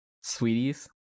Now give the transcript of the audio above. Sweeties